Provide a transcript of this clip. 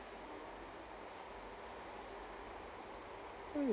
hmm